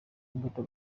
imbuto